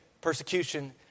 persecution